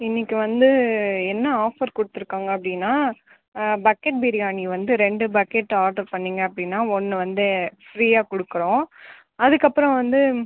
இன்றைக்கி வந்து என்ன ஆஃபர் கொடுத்துருக்காங்க அப்படின்னா பக்கெட் பிரியாணி வந்து ரெண்டு பக்கெட் ஆடர் பண்ணீங்கள் அப்படின்னா ஒன்று வந்து ஃப்ரீயாக கொடுக்குறோம் அதுக்கப்புறம் வந்து